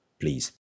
please